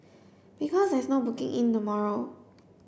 because there's no booking in tomorrow